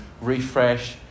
refresh